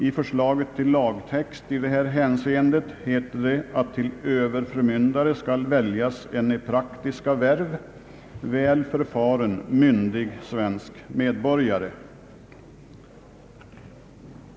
I förslaget till lagtext i detta hänseende heter det att till överförmyndare skall väljas en i praktiska värv väl förfaren, myn dig svensk medborgare.